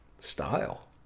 style